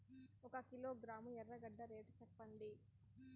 ఒక కిలోగ్రాము ఎర్రగడ్డ రేటు సెప్పండి?